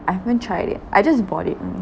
I haven't tried it I just bought it only